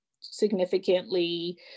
significantly